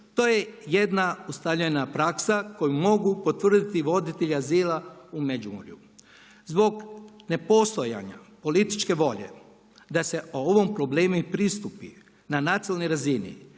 To je jedna ustaljena praksa koju mogu potvrditi voditelji azila u Međimurju. Zbog nepostojanja političke volje da se o ovom problemu i pristupi na nacionalnoj razini,